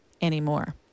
anymore